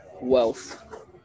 wealth